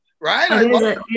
right